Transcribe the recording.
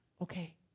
okay